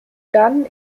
dann